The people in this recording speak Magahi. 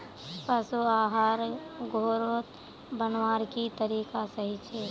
पशु आहार घोरोत बनवार की तरीका सही छे?